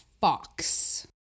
Fox